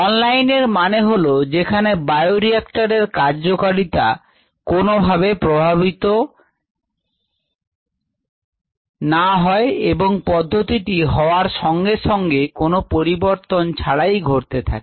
অনলাইনের মানে হলো যেখানে বায়োরিঅ্যাক্টর এর কার্যকারিতা কোনোভাবে প্রভাবিত হয় না এবং পদ্ধতিটি হওয়ার সঙ্গে সঙ্গে কোনো পরিবর্তন ছাড়াই ঘটতে থাকে